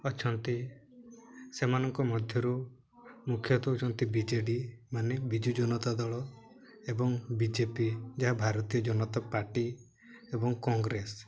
ଅଛନ୍ତି ସେମାନଙ୍କ ମଧ୍ୟରୁ ମୁଖ୍ୟତଃ ହେଉଛନ୍ତି ବି ଜେ ଡ଼ି ମାନେ ବିଜୁ ଜନତା ଦଳ ଏବଂ ବି ଜେ ପି ଯାହା ଭାରତୀୟ ଜନତା ପାର୍ଟି ଏବଂ କଂଗ୍ରେସ